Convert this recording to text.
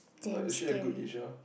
but is she a good teacher